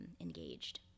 engaged